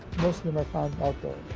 most of them are found outdoors.